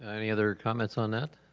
any other comments on that?